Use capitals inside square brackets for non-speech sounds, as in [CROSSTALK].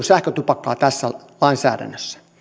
[UNINTELLIGIBLE] sähkötupakkaa tässä lainsäädännössä